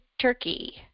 turkey